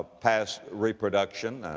past reproduction.